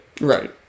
Right